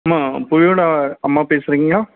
அம்மா புவியோடய அம்மா பேசுகிறீங்களா